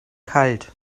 kalt